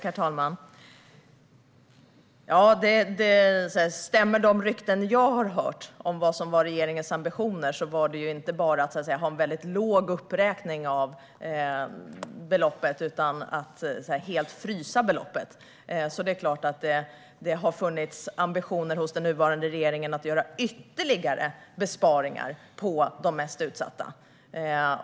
Herr talman! Stämmer de rykten jag har hört om regeringens ambitioner var det inte bara att göra en väldigt låg uppräkning av beloppet utan att helt frysa det. Så det är klart att det har funnits ambitioner hos den nuvarande regeringen att göra ytterligare besparingar på de mest utsatta.